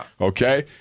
okay